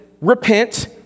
Repent